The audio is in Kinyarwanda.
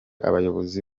abayobozi